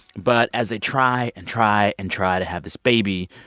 but as they try and try and try to have this baby,